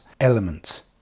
element